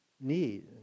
need